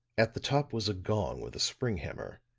at the top was a gong with a spring-hammer,